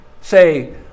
Say